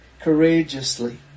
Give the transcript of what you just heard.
courageously